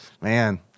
Man